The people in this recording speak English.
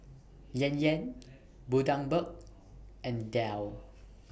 Yan Yan Bundaberg and Dell